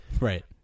right